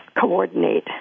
coordinate